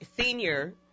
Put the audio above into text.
senior